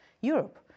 Europe